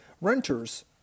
renters